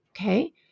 Okay